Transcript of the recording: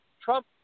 Trump